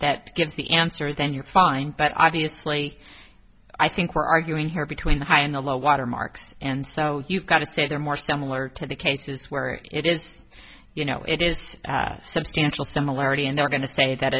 that gives the answer then you're fine but obviously i think we're arguing here between the high and the low watermarks and so you've got a state or more similar to the cases where it is you know it is substantial similarity and they're going to say that